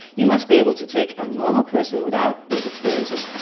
you must be able to take a normal person without these experiences,